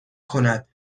کند